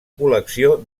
col·lecció